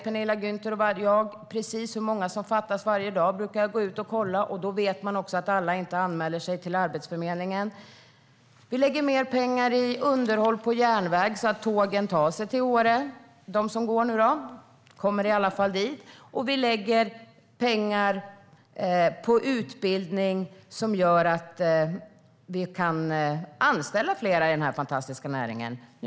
Penilla Gunther och jag vet precis hur många som fattas varje dag; jag brukar gå ut och kolla, och då vet man även att alla inte anmäler sig till Arbetsförmedlingen. Vi lägger mer pengar på underhåll av järnvägen, så att tågen tar sig till Åre - de som går, alltså. De kommer i alla fall dit. Vi lägger också pengar på utbildning som gör att vi kan anställa fler i den här fantastiska näringen.